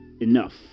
enough